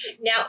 Now